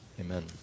amen